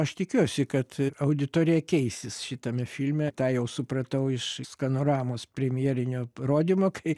aš tikiuosi kad auditorija keisis šitame filme tą jau supratau iš skanoramos premjerinio rodymo kai